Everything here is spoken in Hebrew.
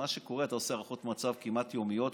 מה שקורה הוא שאתה עושה הערכות מצב כמעט יומיות,